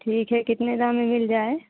ठीक है कितने दाम में मिल जाएगी